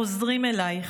חוזרים אלייך",